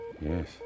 Yes